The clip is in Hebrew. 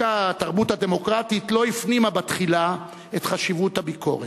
דווקא התרבות הדמוקרטית לא הפנימה בתחילה את חשיבות הביקורת.